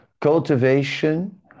Cultivation